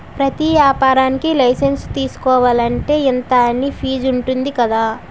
ప్రతి ఏపారానికీ లైసెన్సు తీసుకోలంటే, ఇంతా అని ఫీజుంటది కదా